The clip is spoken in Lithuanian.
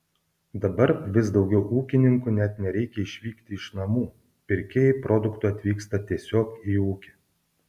dabar vis daugiau ūkininkų net nereikia išvykti iš namų pirkėjai produktų atvyksta tiesiog į ūkį